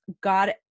God